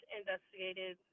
investigated